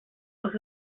aux